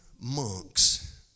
monks